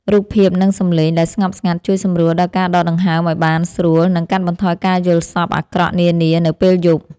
រូបភាពនិងសំឡេងដែលស្ងប់ស្ងាត់ជួយសម្រួលដល់ការដកដង្ហើមឱ្យបានស្រួលនិងកាត់បន្ថយការយល់សប្តិអាក្រក់នានានៅពេលយប់។